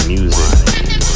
Music